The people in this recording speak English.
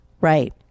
Right